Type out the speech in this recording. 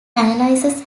analyses